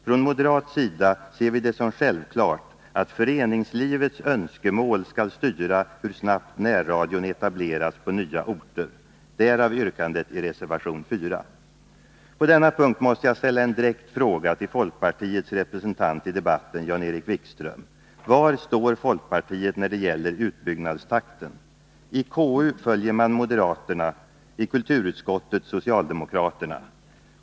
Från moderat sida ser vi det som självklart att föreningslivets önskemål skall styra hur snabbt närradion etableras på nya orter. Därav yrkandet i reservation 4. På denna punkt måste jag ställa en direkt fråga till folkpartiets representant i debatten, Jan-Erik Wikström: Var står folkpartiet när det gäller utbyggnadstakten? I konstitutionsutskottet följer man moderaterna, i kulturutskottet socialdemokraterna.